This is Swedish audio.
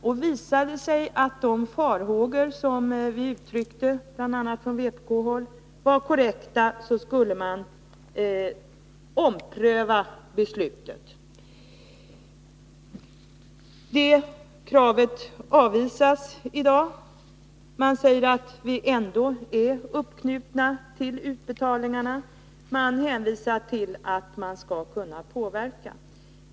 Om det visade sig att de farhågor som hade uttryckts från bl.a. vpk-håll var korrekta, skulle beslutet omprövas. Jag efterlyser i dag dessa centerpartister här i kammaren. Var är Birgitta Hambraeus och de övriga? Kravet att beslutet skall omprövas avvisas i dag. Man säger att vi ändå är uppknutna till utbetalningarna, och man hänvisar till att vi skall kunna påverka.